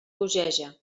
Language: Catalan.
bogeja